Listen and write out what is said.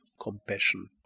compassion